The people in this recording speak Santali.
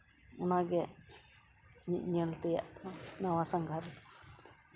ᱚᱱᱟᱜᱮ ᱤᱧᱟᱹᱜ ᱧᱮᱞ ᱛᱮᱭᱟᱜ ᱫᱚ ᱱᱚᱣᱟ ᱥᱟᱸᱜᱷᱟᱨ